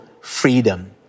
freedom